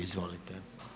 Izvolite.